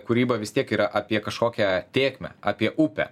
kūryba vis tiek yra apie kažkokią tėkmę apie upę